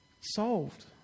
solved